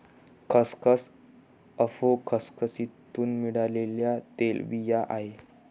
खसखस अफू खसखसीतुन मिळालेल्या तेलबिया आहे